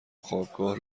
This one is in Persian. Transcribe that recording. خوابگاه